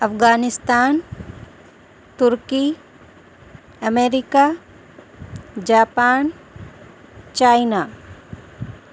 Afghanistan turkey America Japan China